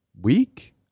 week